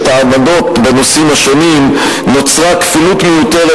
העמדות בנושאים השונים נוצרה כפילות מיותרת,